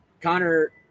Connor